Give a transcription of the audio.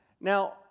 Now